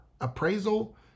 appraisal